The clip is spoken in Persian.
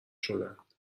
شدند